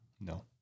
No